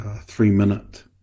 three-minute